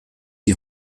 die